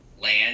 land